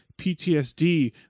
PTSD